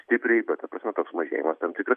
stipriai bet ta prasme toks mažėjimas tam tikras